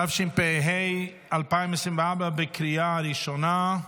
4), התשפ"ה 2024, לוועדת החוקה,